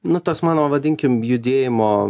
nu tas mano vadinkim judėjimo